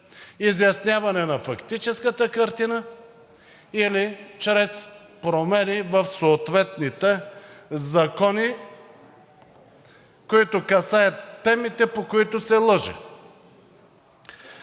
изясняване на фактическата картина или чрез промени в съответните закони, които касаят темите, по които се лъже.